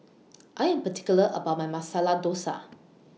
I Am particular about My Masala Dosa